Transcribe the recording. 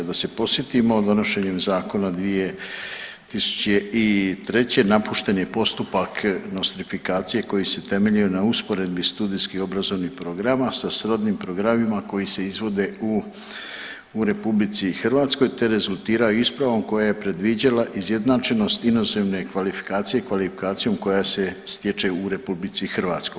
Da se podsjetimo, donošenjem Zakona 2003. napušten je postupak nostrifikacije koji se temeljio na usporedbi studijskih obrazovnih programa sa srodnim programima koji se izvode u RH te rezultiraju ispravom koja je predviđala izjednačenost inozemne kvalifikacije kvalifikacijom koja se stječe u RH.